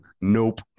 Nope